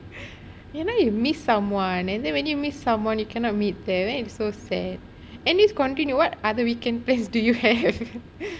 you know you miss someone and then when you miss someone you cannot meet them and then its so sad anyways continue what other weekend plans do you have